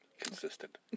consistent